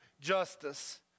justice